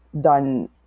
done